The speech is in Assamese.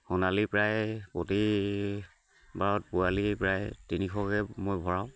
সোণালী প্ৰায় প্ৰতিবাৰত পোৱালি প্ৰায় তিনিশকৈ মই ভৰাওঁ